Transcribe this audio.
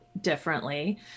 differently